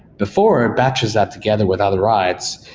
before, it batches that together with other writes.